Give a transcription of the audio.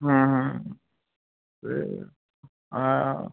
হুম হুম তো আর